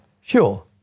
Sure